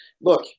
Look